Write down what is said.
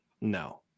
No